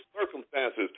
circumstances